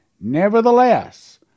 Nevertheless